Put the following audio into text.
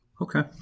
Okay